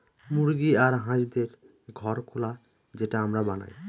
মুরগি আর হাঁসদের ঘর খোলা যেটা আমরা বানায়